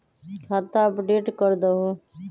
खाता अपडेट करदहु?